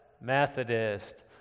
Methodist